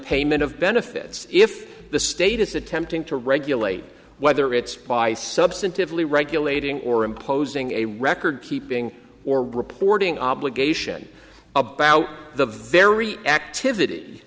payment of benefits if the state is attempting to regulate whether it's by substantively regulating or imposing a record keeping or reporting obligation about the very activity